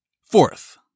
Fourth